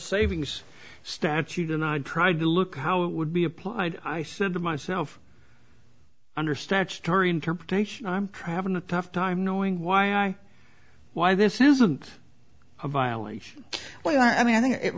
savings statute and i tried to look at how it would be applied i said to myself under statutory interpretation i'm traveling to tough time knowing why i why this isn't a violation well i mean i